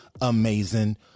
amazing